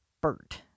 Bert